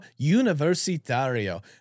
universitario